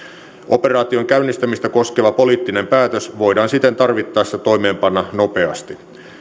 operaation käynnistämistä koskeva poliittinen päätös voidaan siten tarvittaessa toimeenpanna nopeasti